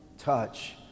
touch